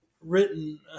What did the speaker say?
written